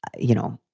you know,